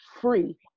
free